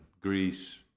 Greece